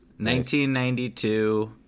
1992